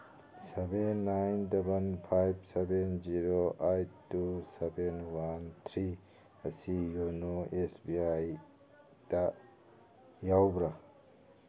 seven nine double five seven zero eight two seven one three ꯑꯁꯤ ꯌꯣꯅꯣ S B ꯑꯥꯏꯗ ꯌꯥꯎꯕ꯭ꯔꯥ